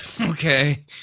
okay